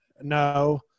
no